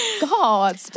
God